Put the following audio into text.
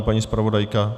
Paní zpravodajka?